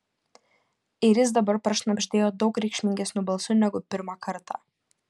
ir jis dabar prašnabždėjo daug reikšmingesniu balsu negu pirmą kartą